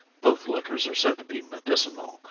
both liquors are said to be medicinal,